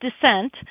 descent